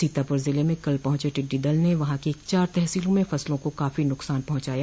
सीतापुर जिले में कल पहुंचे टिड्डी दल ने वहां की चार तहसीलों में फसलों को काफी नुकसान पहुंचाया